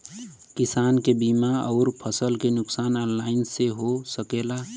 किसान के बीमा अउर फसल के नुकसान ऑनलाइन से हो सकेला?